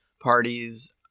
parties